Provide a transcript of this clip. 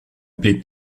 blieb